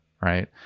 right